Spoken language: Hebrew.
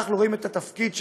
אנחנו רואים את התפקיד שלנו,